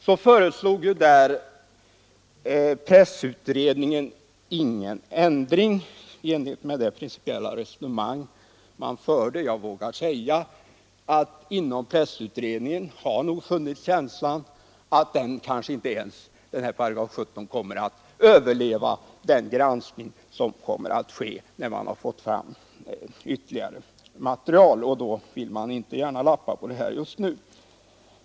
Där föreslog ju pressutredningen ingen ändring i enlighet med det principiella resonemang som man förde. Jag vågar säga att inom pressutredningen har nog funnits känslan att 17 § inte ens kommer att överleva den granskning som skall ske när man har fått fram ytterligare material, och då vill man inte gärna lappa på det här just nu.